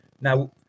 Now